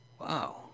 Wow